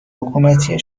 حکومتی